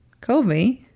Kobe